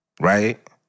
Right